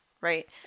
right